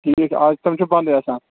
ٹھیٖک آز کل چھُ بنٛدٕے آسان